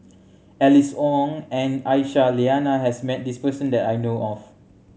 Alice Ong and Aisyah Lyana has met this person that I know of